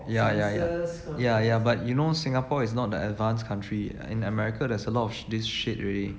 ya ya ya ya ya but you know singapore is not the advanced country in america there's a lot of this shit already